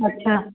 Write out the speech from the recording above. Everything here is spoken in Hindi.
अच्छा